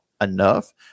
enough